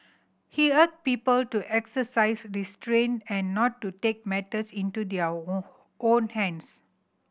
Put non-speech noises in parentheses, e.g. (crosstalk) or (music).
he urged people to exercise restraint and not to take matters into their (unintelligible) own hands